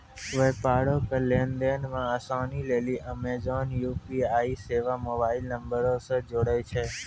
व्यापारो के लेन देन मे असानी लेली अमेजन यू.पी.आई सेबा मोबाइल नंबरो से जोड़ै छै